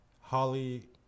Holly